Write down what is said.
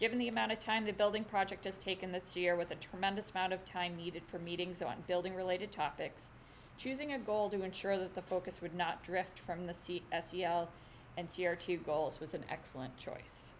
given the amount of time the building project has taken this year with a tremendous amount of time needed for meetings on building related topics choosing a goal to ensure that the focus would not drift from the c s e l and c are two goals was an excellent choice